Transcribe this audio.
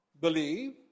believe